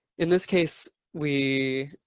in this case, we